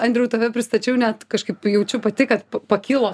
andriau tave pristačiau net kažkaip jaučiu pati kad pakilo